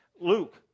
Luke